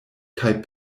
kaj